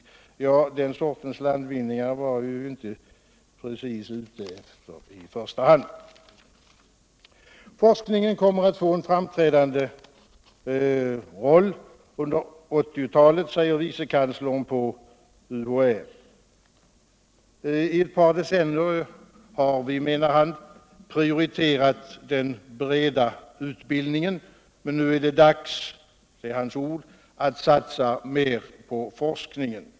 — Men den sortens landvinningar var vi inte precis ute efter i första hand. Forskningen kommer att få en framträdande roll under 1980-talet. säger vicekanslern på UHÄ. I ett par decennier har vi, menar han, prioriterat den breda utbildningen, men nu är det dags att satsa mer på forskningen.